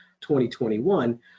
2021